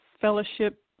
fellowship